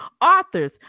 authors